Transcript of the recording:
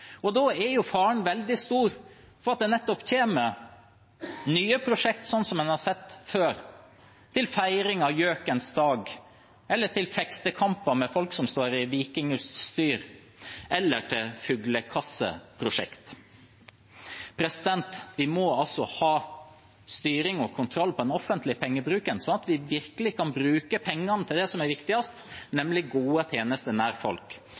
det. Da er faren veldig stor for at det nettopp kommer nye prosjekt, sånn som en har sett før, til feiring av gjøkens dag eller til fektekamper med folk som står i vikingutstyr eller til fuglekasseprosjekt. Vi må ha styring og kontroll på den offentlige pengebruken, slik at vi virkelig kan bruke pengene til det som er viktigst, nemlig gode tjenester nær folk.